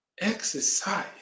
exercise